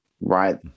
Right